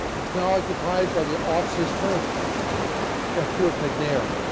is now occupied by the officer's tennis court at fort mcnair.